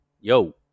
yo